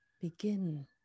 begin